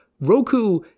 Roku